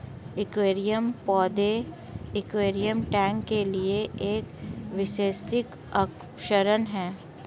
aquarium पौधे aquarium tank के लिए एक वास्तविक आकर्षण है